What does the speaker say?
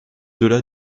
delà